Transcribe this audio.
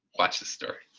watch the story.